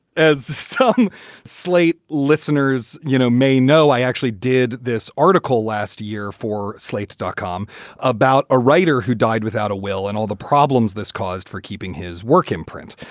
as some slate listeners, you know, may know, i actually did this article last year for slate dot com about a writer who died without a will and all the problems this caused for keeping his work in print.